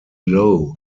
low